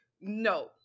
No